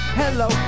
hello